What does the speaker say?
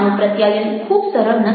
માનવ પ્રત્યાયન ખૂબ સરળ નથી